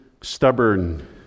stubborn